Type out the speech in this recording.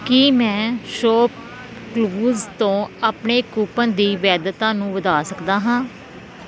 ਕੀ ਮੈਂ ਸ਼ੌਪਕਲੂਜ਼ ਤੋਂ ਆਪਣੇ ਕੂਪਨ ਦੀ ਵੈਧਤਾ ਨੂੰ ਵਧਾ ਸਕਦਾ ਹਾਂ